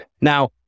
Now